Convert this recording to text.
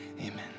Amen